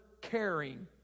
caring